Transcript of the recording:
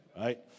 Right